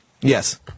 yes